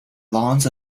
lawns